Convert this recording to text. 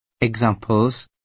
Examples